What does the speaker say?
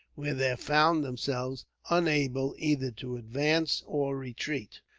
where they found themselves unable either to advance or retreat.